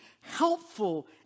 helpful